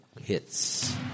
Hits